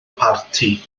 parti